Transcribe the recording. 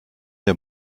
der